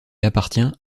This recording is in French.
appartient